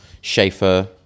schaefer